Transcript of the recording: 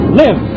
live